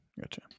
Gotcha